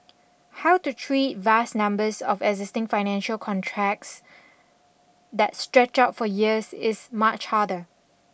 how to treat vast numbers of existing financial contracts that stretch out for years is much harder